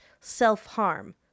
self-harm